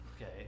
Okay